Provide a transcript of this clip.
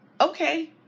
okay